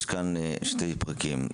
יש כאן שני פרקים,